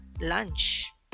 lunch